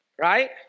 Right